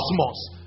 cosmos